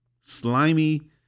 slimy